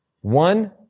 One